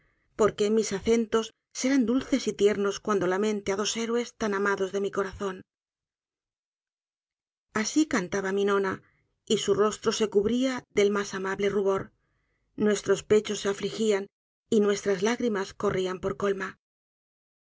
porque mis acentos serán dulces y tiernos cuando lamente á dos héroes tan amados de mi corazón asi cantaba miñona y su rostro se cubría del mas amable rubor nuestros pechos se afligían y nuestras lágrimas corrían por colma